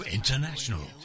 International